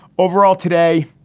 overall, today,